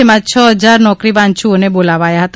જેમાં છ હજાર નોકરી વાંચ્છઓને બોલાવાયા હતા